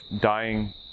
dying